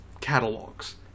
catalogs